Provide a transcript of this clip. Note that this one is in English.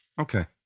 okay